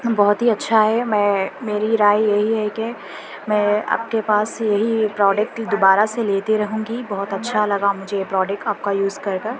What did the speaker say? بہت ہی اچھا ہے میں میری رائے یہی ہے کہ میں آپ کے پاس یہی پروڈکٹ دوبارہ سے لیتی رہوں گی بہت اچھا لگا مجھے یہ پروڈکٹ آپ کا یوز کر کر